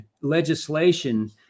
legislation